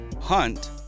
hunt